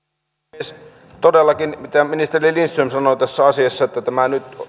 arvoisa rouva puhemies todellakin ministeri lindström sanoi tässä asiassa että nyt